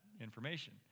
information